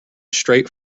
straight